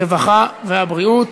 הרווחה והבריאות.